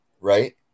right